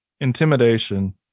Intimidation